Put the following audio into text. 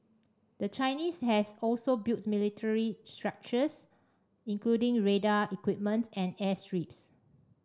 the Chinese has also built military structures including radar equipment and airstrips